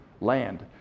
land